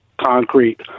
concrete